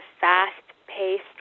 fast-paced